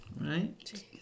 Right